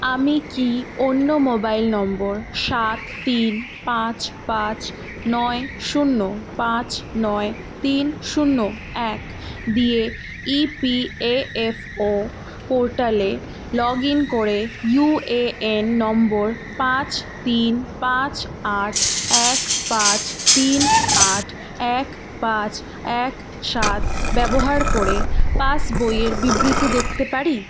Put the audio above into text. আমি কি অন্য মোবাইল নম্বর সাত তিন পাঁচ পাঁচ নয় শূন্য পাঁচ নয় তিন শূন্য এক দিয়ে ইপিএএফও পোর্টালে লগ ইন করে ইউএএন নম্বর পাঁচ তিন পাঁচ আট এক পাঁচ তিন আট এক পাঁচ এক সাত ব্যবহার করে পাসবইয়ের বিবৃতি দেখতে পারি